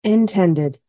Intended